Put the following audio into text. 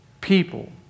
people